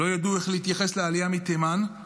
לא ידעו איך להתייחס לעלייה מתימן.